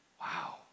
Wow